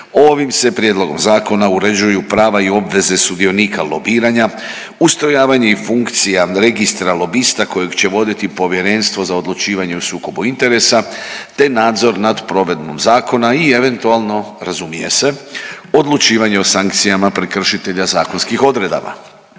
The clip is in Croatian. Ovim se prijedlogom zakona uređuju prava i obveze sudionika lobiranja, ustrojavanje i funkcija registra lobista kojeg će voditi Povjerenstvo za odlučivanje o sukobu interesa te nadzor nad provedbom zakona i eventualno, razumije se, odlučivanje o sankcijama prekršitelja zakonskih odredaba.